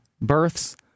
births